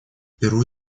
перу